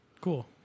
cool